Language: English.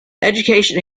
education